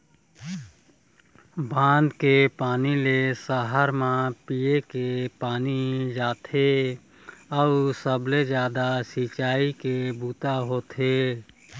बांध के पानी ले सहर म पीए के पानी जाथे अउ सबले जादा सिंचई के बूता होथे